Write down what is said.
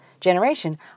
generation